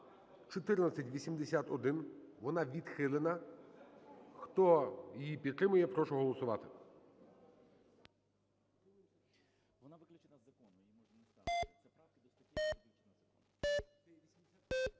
1481. Вона відхилена. Хто її підтримує, прошу голосувати.